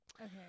okay